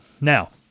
Now